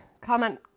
comment